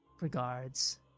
regards